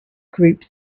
groups